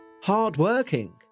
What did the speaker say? hard-working